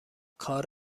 کار